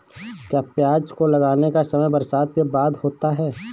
क्या प्याज को लगाने का समय बरसात के बाद होता है?